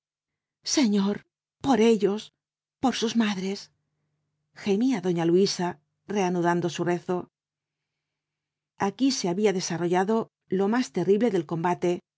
señor por ellos por sus madres gemía doña luisa reanudando su rezo aquí se había desarrollado lo más terrible del combate